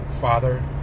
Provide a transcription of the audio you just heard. father